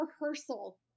rehearsal